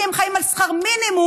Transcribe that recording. כי הם חיים על שכר מינימום,